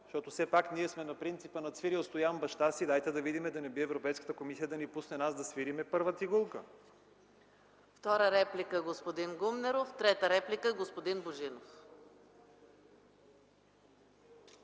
закон? Все пак ние сме на принципа „надсвирил Стоян баща си”, дайте да видим да не би Европейската комисия да ни пусне да свирим първа цигулка?!